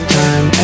time